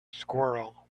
squirrel